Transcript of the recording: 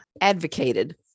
advocated